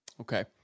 Okay